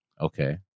Okay